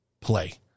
play